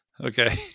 Okay